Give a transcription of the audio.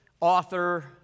author